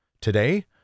today